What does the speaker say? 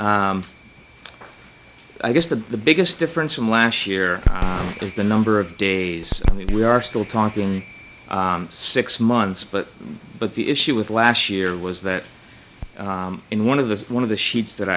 i guess the the biggest difference from last year is the number of days and we are still talking six months but but the issue with last year was that in one of the one of the sheets that